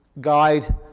guide